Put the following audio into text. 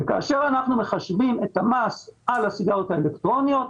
כאשר אנחנו מחשבים את המס על הסיגריות האלקטרוניות,